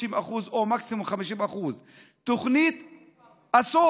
או ב-30% או במקסימום 50%. תוכנית עשור,